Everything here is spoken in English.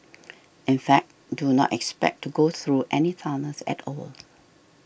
in fact do not expect to go through any tunnels at all